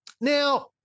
Now